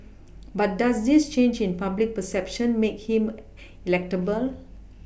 but does this change in public perception make him electable